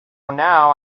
now